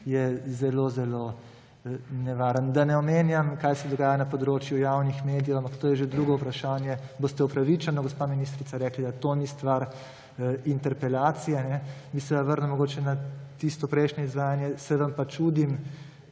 je zelo zelo nevarno. Da ne omenjam, kaj se dogaja na področju javnih medijev, ampak to je že drugo vprašanje. Boste upravičeno, gospa ministrica, rekli da to ni stvar interpelacije. Bi se vrnil mogoče na tisto prejšnje izvajanje, se vam pa čudim,